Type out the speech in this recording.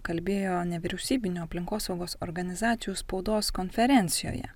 kalbėjo nevyriausybinių aplinkosaugos organizacijų spaudos konferencijoje